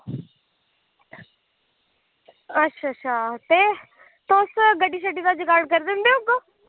अच्छा अच्छा ते तुस गड्डी शड्डी दा जुगाड़ करी दिंदे होगे